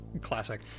classic